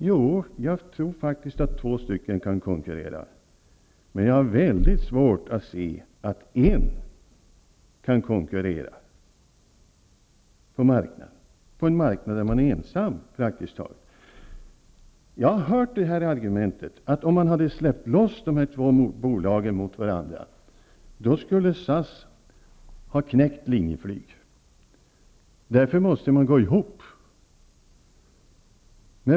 Jo, jag tror faktiskt att två stycken kan konkurrera, men jag har väldigt svårt att se hur det kan bli någon konkurrens på en marknad där en aktör är praktiskt taget ensam. Jag har hört argumentet att om man hade släppt loss de två bolagen mot varandra, skulle SAS ha knäckt Linjeflyg, och därför måste de gå ihop.